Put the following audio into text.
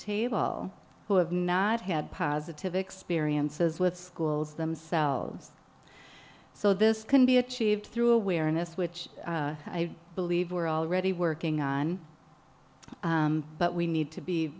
table who have not had positive experiences with schools themselves so this can be achieved through awareness which i believe we're already working on but we need to be